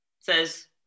says